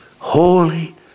holy